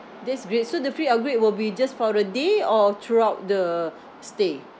that's great so the free upgrade will be just for a day or throughout the stay